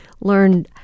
learn